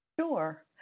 Sure